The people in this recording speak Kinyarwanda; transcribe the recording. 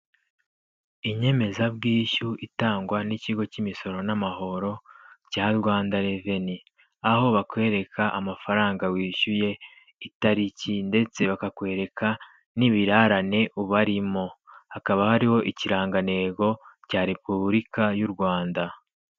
Inyemezabwishyu itangwa n'Ikigo cy'Imisoro n'Amahoro cya Rwanda Revenue, aho bakwereka amafaranga wishyuye, itariki ndetse bakakwereka n'ibirarane ubarimo. hakaba hariho ikirangantego cya Repubulika y'u Rwanda.